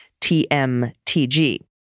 TMTG